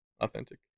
Authentic